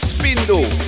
Spindle